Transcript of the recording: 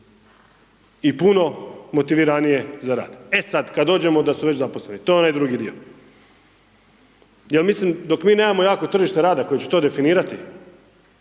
i puno motiviranije za rad. E sad kad dođemo da su već zaposleni, to je onaj drugi dio. Jel mislim dok mi nemamo jako tržište rada koje će to definirati,